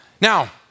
Now